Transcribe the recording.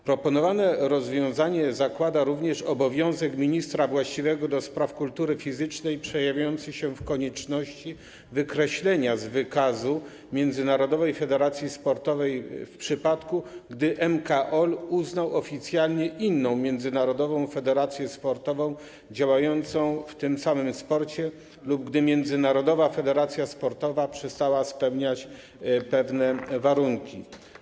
Proponowane rozwiązanie zakłada również obowiązek ministra właściwego do spraw kultury fizycznej przejawiający się koniecznością wykreślenia z wykazu międzynarodowej federacji sportowej, w przypadku gdy MKOl uznał oficjalnie inną międzynarodową federację sportową działającą w tym samym sporcie lub gdy międzynarodowa federacja sportowa przestała spełniać pewne warunki.